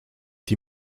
die